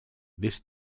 this